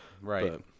Right